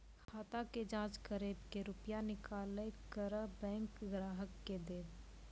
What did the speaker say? खाता के जाँच करेब के रुपिया निकैलक करऽ बैंक ग्राहक के देब?